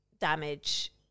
damage